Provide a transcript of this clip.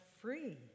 free